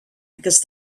because